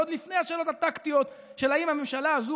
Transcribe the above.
זה עוד לפני השאלות הטקטיות של האם הממשלה הזו